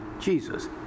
Jesus